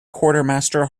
quartermaster